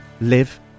live